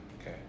Okay